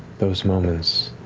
those moments,